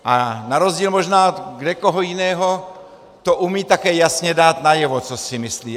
A na rozdíl možná od kdekoho jiného to umí také jasně dát najevo, co si myslí.